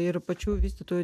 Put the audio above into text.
ir pačių vystytojų